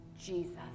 Jesus